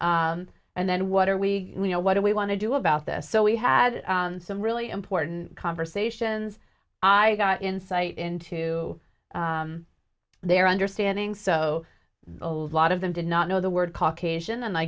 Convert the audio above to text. reading and then what are we we know what do we want to do about this so we had some really important conversations i got insight into their understanding so a lot of them did not know the word caucasian and i